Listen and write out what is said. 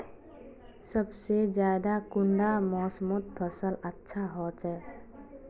सबसे ज्यादा कुंडा मोसमोत फसल अच्छा होचे?